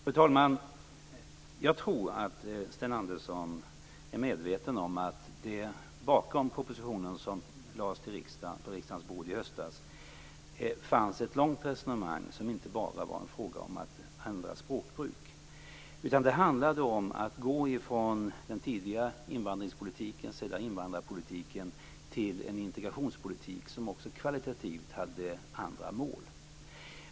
Fru talman! Jag tror att Sten Andersson är medveten om att det bakom den proposition som lades på riksdagens bord i höstas fanns ett långt resonemang som inte bara handlade om att ändra språkbruk. Det handlade om övergången från den tidiga invandringspolitiken till en invandrarpolitik och sedan till en integrationspolitik som också kvalitativt hade andra mål.